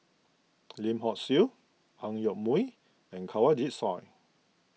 Lim Hock Siew Ang Yoke Mooi and Kanwaljit Soin